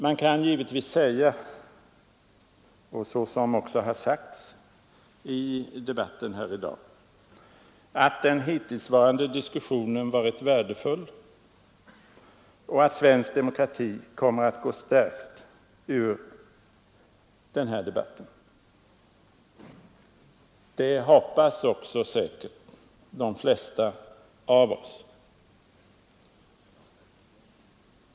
Man kan givetvis säga, såsom också har sagts i debatten här i dag, att den hittillsvarande diskussionen varit värdefull och att svensk demokrati kommer att gå stärkt ur denna debatt. Det hoppas också säkert de flesta av oss.